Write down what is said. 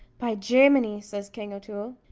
by jaminee! says king o'toole,